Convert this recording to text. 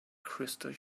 crystal